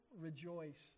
Rejoice